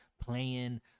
playing